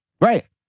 Right